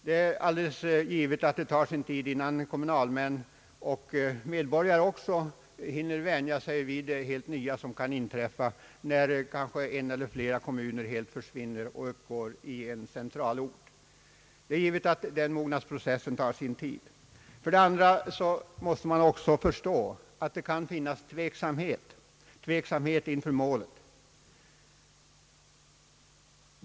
Det är alldeles givet att det tar sin tid, innan kommunalmän och andra medborgare hinner vänja sig vid det nya som inträffar, när en eller flera kommuner försvinner och helt underordnas en centralort. För det andra måste man också förstå att det kan finnas tveksamhet inför målet.